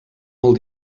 molt